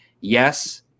Yes